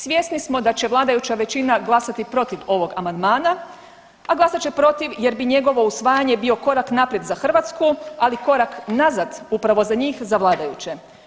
Svjesni smo da će vladajuća većina glasati protiv ovog amandmana, a glasat će protiv jer bi njegovo usvajanje bilo korak naprijed za Hrvatsku, ali korak nazad upravo za njih za vladajuće.